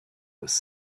was